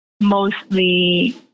mostly